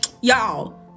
Y'all